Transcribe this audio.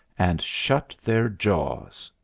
and shut their jaws.